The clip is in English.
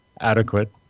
adequate